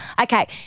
Okay